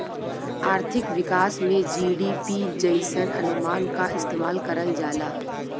आर्थिक विकास में जी.डी.पी जइसन अनुमान क इस्तेमाल करल जाला